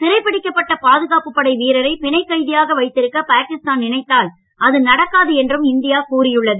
சிறைப்பிடிக்கப்பட்ட பாதுகாப்புப் படை வீரரை பிணைக் கைதியாக வைத்திருக்க பாகிஸ்தான் நினைத்தால் அது நடக்காது என்றும் இந்தியா கூறியுள்ளது